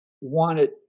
wanted